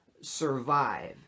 survive